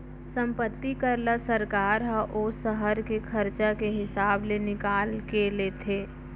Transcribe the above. संपत्ति कर ल सरकार ह ओ सहर के खरचा के हिसाब ले निकाल के लेथे